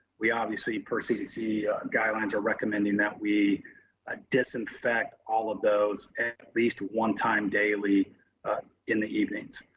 we obviously per cdc guidelines are recommending that we disinfect all of those at least one time daily in the evenings.